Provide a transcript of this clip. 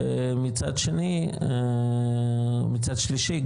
מצד שלישי,